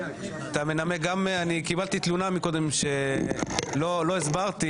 אני קיבלתי תלונה מקודם שלא הסברתי